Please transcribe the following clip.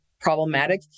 problematic